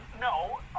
No